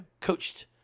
Coached